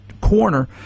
corner